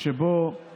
שבו